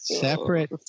Separate